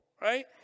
Right